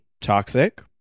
Toxic